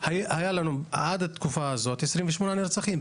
היה לנו עד לתקופה הזאת 28 נרצחים,